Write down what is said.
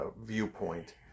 viewpoint